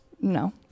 No